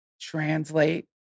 translate